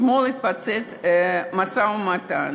אתמול התפוצץ המשא-ומתן.